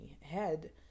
head